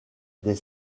des